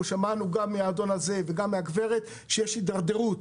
שמענו גם מהאדון הזה וגם מהגברת הזאת שיש הידרדרות.